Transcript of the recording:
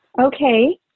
Okay